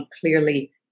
clearly